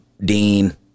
Dean